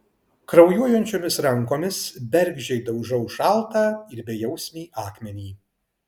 kraujuojančiomis rankomis bergždžiai daužau šaltą ir bejausmį akmenį